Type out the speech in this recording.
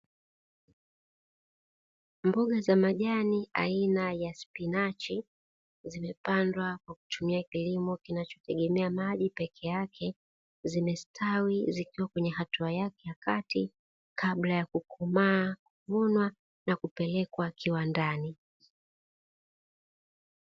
Mboga za majani aina ya spinachi zimepandwa kwa kutumia kilimo kinachotegemea maji pekee yake, zimestawi zikiwa kwenye hatua yake ya kati kabla ya kukomaa, kuvunwa na kupelekwa kiwandani